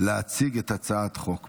להציג את הצעת החוק,